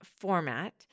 format